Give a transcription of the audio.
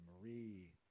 Marie